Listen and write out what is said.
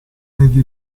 negli